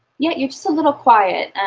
yeah you're just a little quiet.